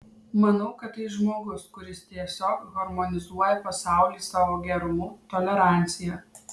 manau kad tai žmogus kuris tiesiog harmonizuoja pasaulį savo gerumu tolerancija